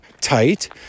tight